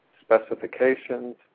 specifications